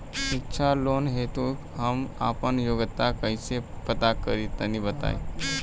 शिक्षा लोन हेतु हम आपन योग्यता कइसे पता करि तनि बताई?